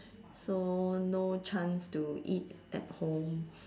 so no chance to eat at home